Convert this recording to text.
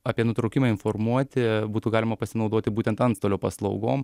apie nutraukimą informuoti būtų galima pasinaudoti būtent antstolio paslaugom